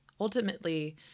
ultimately